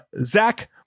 Zach